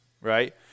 right